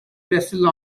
wrestle